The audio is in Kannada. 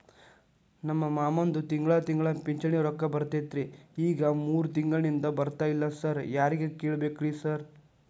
ನಮ್ ಮಾವಂದು ತಿಂಗಳಾ ತಿಂಗಳಾ ಪಿಂಚಿಣಿ ರೊಕ್ಕ ಬರ್ತಿತ್ರಿ ಈಗ ಮೂರ್ ತಿಂಗ್ಳನಿಂದ ಬರ್ತಾ ಇಲ್ಲ ಸಾರ್ ಯಾರಿಗ್ ಕೇಳ್ಬೇಕ್ರಿ ಸಾರ್?